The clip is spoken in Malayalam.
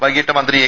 വൈകീട്ട് മന്ത്രി എ